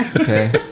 okay